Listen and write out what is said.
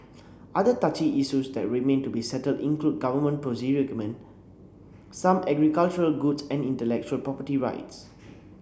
other touchy issues that remain to be settled include government some agricultural goods and intellectual property rights